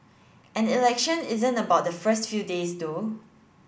an election isn't about the first few days though